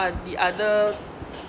ot~ the other